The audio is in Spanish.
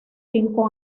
cinco